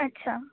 अच्छा